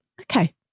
Okay